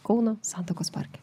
kauno santakos parke